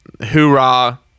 hoorah